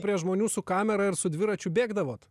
prie žmonių su kamera ir su dviračiu bėgdavot